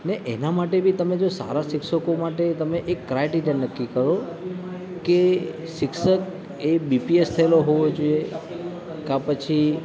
ને એના માટે બી તમે જો સારા શિક્ષકો માટે તમે એક ક્રાઇટેરિયા નક્કી કરો કે શિક્ષક એ બીપીએસ થયેલો હોવો જોઈએ કાં પછી